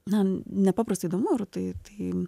na nepaprastai įdomu ir tai tai